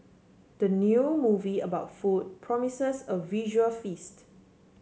the new movie about food promises a visual feast